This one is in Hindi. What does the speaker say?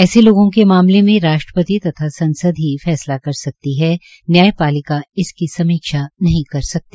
ऐसे लोगों के मामले में राष्ट्रपति तथा संसद की फैसला कर सकती है न्यायपालिका इसकी समीक्षा नहीं कर सकती